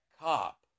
cop